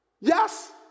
yes